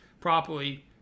properly